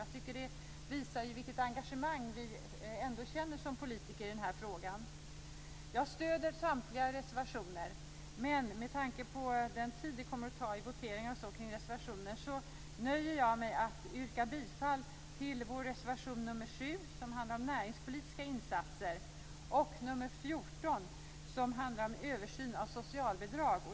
Jag tycker att det visar vilket engagemang vi känner som politiker i den här frågan. Jag stöder samtliga reservationer, men med tanke på den tid det kommer att ta i voteringar kring reservationerna nöjer jag mig med att yrka bifall till vår reservation nr 7 som handlar om näringspolitiska insatser och nr 14 som handlar om en översyn av socialbidrag.